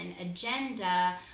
agenda